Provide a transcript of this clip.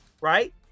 right